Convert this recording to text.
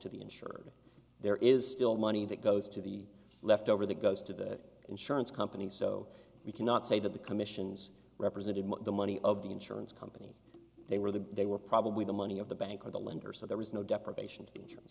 to the insured there is still money that goes to the left over that goes to the insurance companies so we cannot say that the commissions represented the money of the insurance company they were the they were probably the money of the bank or the lender so there was no deprivation